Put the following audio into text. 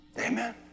Amen